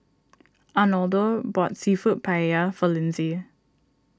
Arnoldo bought Seafood Paella for Lindsay